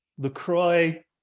LaCroix